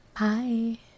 Bye